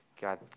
God